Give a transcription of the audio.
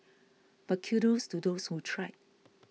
but kudos to those who tried